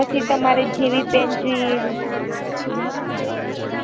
પછી તમારે જેવી પેન જોઈએ એવી